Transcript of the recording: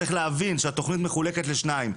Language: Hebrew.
צריך להבין שהתכנית מחולקת לשניים.